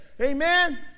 Amen